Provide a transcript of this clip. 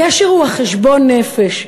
הקשר הוא חשבון הנפש.